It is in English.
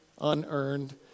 unearned